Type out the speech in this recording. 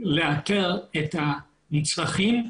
לאתר את המצרכים.